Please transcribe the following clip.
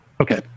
Okay